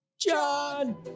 John